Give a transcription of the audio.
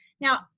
Now